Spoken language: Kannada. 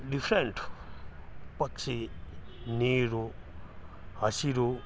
ಡಿಫ್ರೆಂಟ್ ಪಕ್ಷಿ ನೀರು ಹಸಿರು